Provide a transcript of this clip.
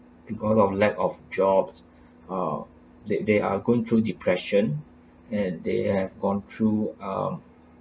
because of lack of jobs uh they they are going through depression and they have gone through um